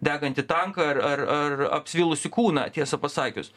degantį tanką ar ar ar apsipylusį kūną tiesą pasakius